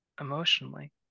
emotionally